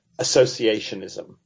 associationism